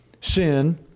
sin